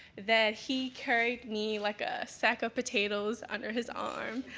that he carried me like a sack of potatoes under his arm.